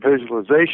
visualization